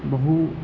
बहु